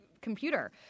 computer